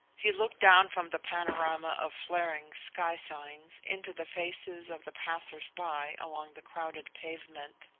he looked down from the panorama of flaring sky-signs into the faces of the passers-by along the crowded pavement.